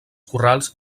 corrals